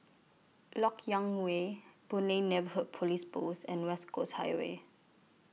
Lok Yang Way Boon Lay Neighbourhood Police Post and West Coast Highway